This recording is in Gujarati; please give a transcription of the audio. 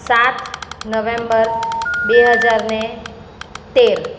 સાત નવેમ્બર બે હજાર ને તેર